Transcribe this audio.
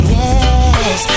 yes